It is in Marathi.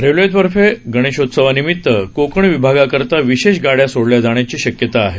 रेल्वेतर्फे गणेशोत्सवानिमित्त कोकण विभागाकरता विशेष गाड़या सोडल्या जाण्याची शक्यता आले